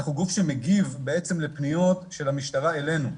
אנחנו גוף שמגיב לפניות של המשטרה אלינו.